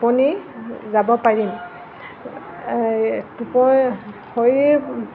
আপুনি যাব পাৰিম এই টুপ শৰীৰ